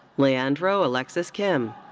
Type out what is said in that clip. leandro alexis kim.